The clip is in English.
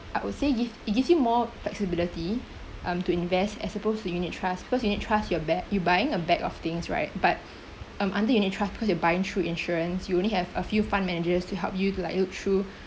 I would say give it gives you more flexibility um to invest as opposed to unit trust because unit trust you bear you buying a bag of things right but um under unit trust because you buying through insurance you only have a few fund managers to help you to like look through